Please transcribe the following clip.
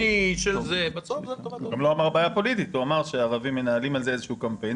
הוא אמר שהערבים מנהלים על זה איזשהו קמפיין.